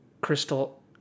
crystal